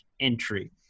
entry